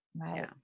right